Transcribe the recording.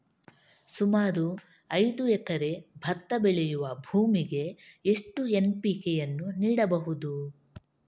ಸುಮಾರು ಐದು ಎಕರೆ ಭತ್ತ ಬೆಳೆಯುವ ಭೂಮಿಗೆ ಎಷ್ಟು ಎನ್.ಪಿ.ಕೆ ಯನ್ನು ನೀಡಬಹುದು?